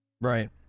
Right